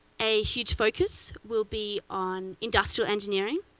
a huge focus will be on industrial engineering,